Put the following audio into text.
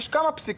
יש כמה פסיקות,